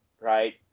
right